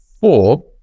four